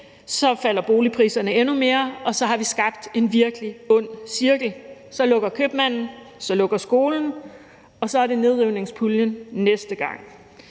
så falder boligpriserne endnu mere, og så har vi skabt en virkelig ond cirkel. Så lukker købmanden, så lukker skolen, og så er det nedrivningspuljen næste gang.